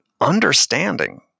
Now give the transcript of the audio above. Understanding